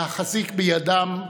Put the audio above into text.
להחזיק בידם,